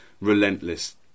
relentless